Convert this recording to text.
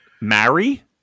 Marry